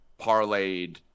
parlayed